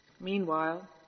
Meanwhile